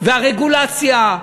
והרגולציה,